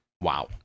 Wow